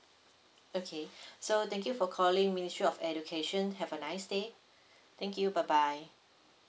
okay so thank you for calling ministry of education have a nice day thank you bye bye